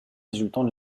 résultant